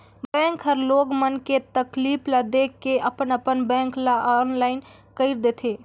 bank हर लोग मन के तकलीफ ल देख के अपन अपन बेंक ल आनलाईन कइर देथे